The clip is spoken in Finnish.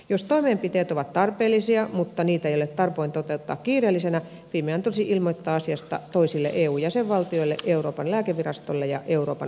jos toimenpiteet ovat tarpeellisia mutta niitä ei ole tarpeen toteuttaa kiireellisenä fimean tulisi ilmoittaa asiasta toisille eu jäsenvaltioille euroopan lääkevirastolle ja euroopan komissiolle